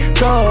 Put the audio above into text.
go